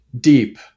deep